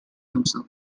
himself